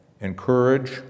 encourage